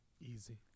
Easy